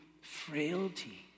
frailty